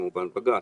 לצד בג"ץ.